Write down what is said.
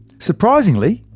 surprisingly,